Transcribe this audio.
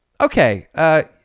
Okay